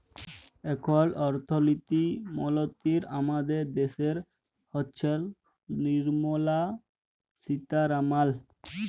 এখল অথ্থলিতি মলতিরি আমাদের দ্যাশের হচ্ছেল লির্মলা সীতারামাল